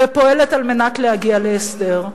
ופועלת על מנת להגיע להסדר.